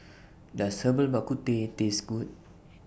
Does Herbal Bak Ku Teh Taste Good